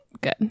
Good